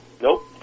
Nope